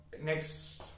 next